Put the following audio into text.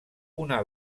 una